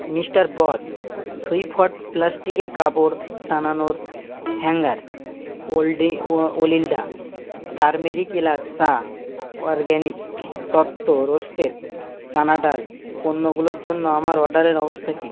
mister boss Swift প্লাস্টিকের কাপড় টানানোর হ্যাঙ্গার ওল্ডি ও ওলিন্ডা টারমেরিক এলাচ চা অরগ্যানিক তত্ত্ব রোস্টেড চানা ডাল পণ্যগুলোর জন্য আমার অর্ডারের অবস্থা কী